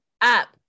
up